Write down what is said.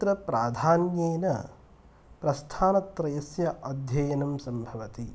तत्र प्राधान्येन प्रस्थानत्रयस्य अध्ययनं सम्भवति